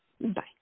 Bye